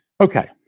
Okay